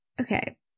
Okay